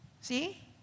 See